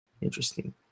Interesting